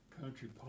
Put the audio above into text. country